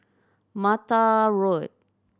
Mattar Road